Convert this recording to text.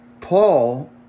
Paul